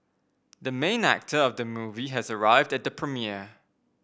the main actor of the movie has arrived at the premiere